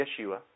Yeshua